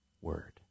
word